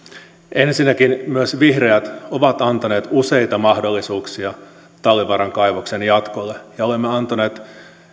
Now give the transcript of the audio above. ensinnäkin myös vihreät ovat antaneet useita mahdollisuuksia talvivaaran kaivoksen jatkolle olemme antaneet